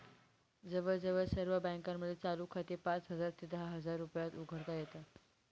जवळजवळ सर्व बँकांमध्ये चालू खाते पाच हजार ते दहा हजार रुपयात उघडता येते